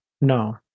No